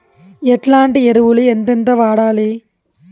ఎట్లాంటి ఎరువులు ఎంతెంత వాడాలి?